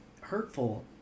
hurtful